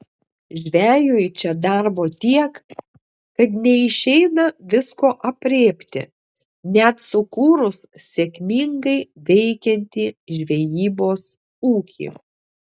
žvejui čia darbo tiek kad neišeina visko aprėpti net sukūrus sėkmingai veikiantį žvejybos ūkį